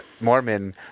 Mormon